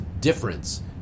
difference